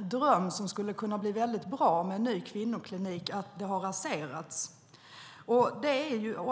dröm som skulle kunna bli mycket bra med en ny kvinnoklinik har raserats.